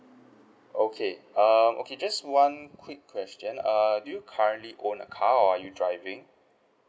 okay um okay just one quick question uh do you currently own a car or are you driving